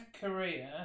Korea